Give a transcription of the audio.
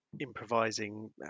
improvising